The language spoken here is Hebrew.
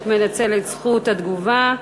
מנצל את זכות התגובה.